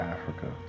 Africa